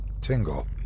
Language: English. tingle